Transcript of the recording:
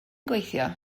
gweithio